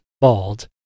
bald